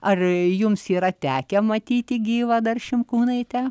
ar jums yra tekę matyti gyvą dar šimkūnaitę